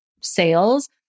sales